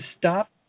stop